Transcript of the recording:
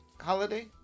holiday